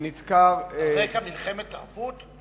נדקר, על רקע מלחמת תרבות?